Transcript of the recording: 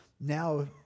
Now